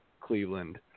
Cleveland